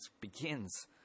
begins